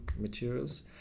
materials